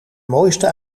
mooiste